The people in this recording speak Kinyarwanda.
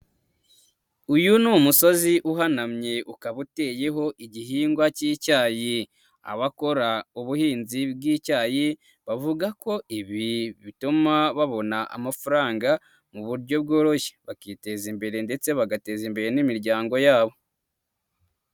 Uyu ni umusozi uhanamye ukaba uteyeho igihingwa cy'icyayi, abakora ubuhinzi bw'icyayi bavuga ko ibi bituma babona amafaranga mu buryo bworoshye bakiteza imbere ndetse bagateza imbere n'imiryango yabo.